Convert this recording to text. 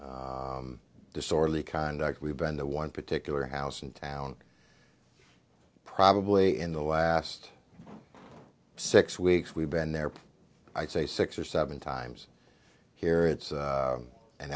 disorderly conduct we've been the one particular house in town probably in the last six weeks we've been there i say six or seven times here it's